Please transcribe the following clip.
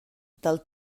del